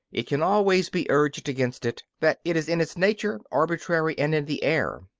it can always be urged against it that it is in its nature arbitrary and in the air.